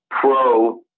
Pro